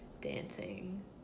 dancing